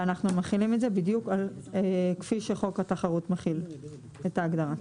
ואנחנו מחילים את זה בדיוק כפי שחוק התחרות מחיל את ההגדרה.